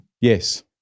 Yes